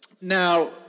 Now